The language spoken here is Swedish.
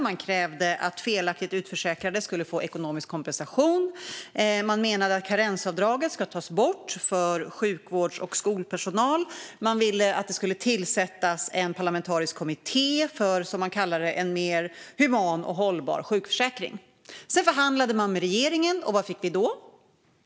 Man krävde att felaktigt utförsäkrade skulle få ekonomisk kompensation, man menade att karensavdraget ska tas bort för sjukvårds och skolpersonal och man ville att det skulle tillsättas en parlamentarisk kommitté för, som man kallade det, en mer human och hållbar sjukförsäkring. Sedan förhandlade man med regeringen, och vad fick vi då?